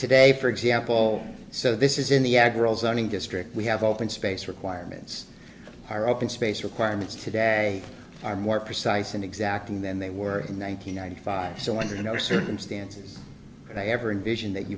today for example so this is in the agro zoning district we have open space requirements are open space requirements today are more precise and exacting than they were in one thousand nine hundred five so under no circumstances would i ever envision that you